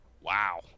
Wow